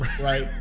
right